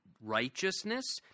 righteousness